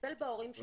וטיפל בהורים שלנו.